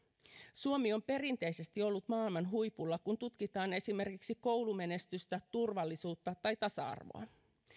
suomi on perinteisesti ollut maailman huipulla kun tutkitaan esimerkiksi koulumenestystä turvallisuutta tai tasa arvoa